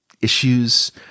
issues